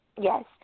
Yes